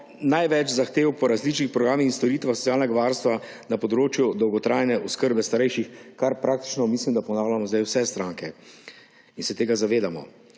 največ zahtev po različnih programih in storitvah socialnega varstva na področju dolgotrajne oskrbe starejših, kar praktično mislim, da ponavljamo zdaj vse stranke in se tega zavedamo.